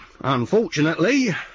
unfortunately